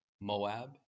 moab